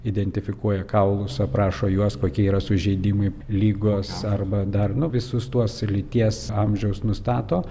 identifikuoja kaulus aprašo juos kokie yra sužeidimai ligos arba dar nu visus tuos lyties amžiaus nustato